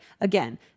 again